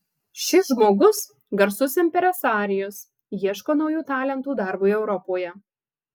šis žmogus garsus impresarijus ieško naujų talentų darbui europoje